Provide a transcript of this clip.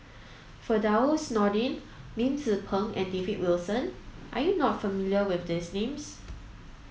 Firdaus Nordin Lim Tze Peng and David Wilson are you not familiar with these names